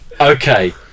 Okay